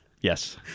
Yes